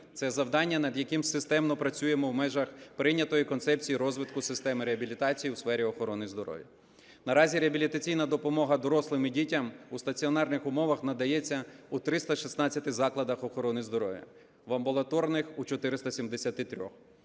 це завдання, над яким системно працюємо в межах прийнятої концепції розвитку системи реабілітації у сфері охорони здоров'я. Наразі реабілітаційна допомога дорослим і дітям у стаціонарних умовах надається у 316 закладах охорони здоров'я, в амбулаторних – у 473.